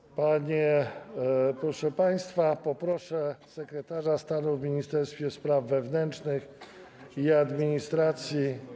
Uff. Proszę państwa, poproszę sekretarza stanu w Ministerstwie Spraw Wewnętrznych i Administracji.